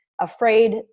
afraid